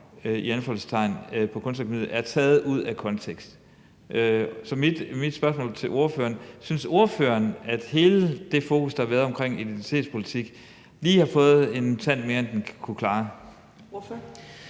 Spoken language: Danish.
i anførselstegn på Kunstakademiet er taget ud af kontekst. Så mit spørgsmål til ordføreren er: Synes ordføreren, at hele det fokus, der har været på identitetspolitik, lige har fået en tand mere, end den kunne klare? Kl.